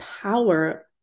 power